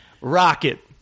rocket